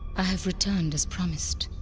i have returned as promised.